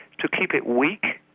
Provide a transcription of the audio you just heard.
to keep it weak,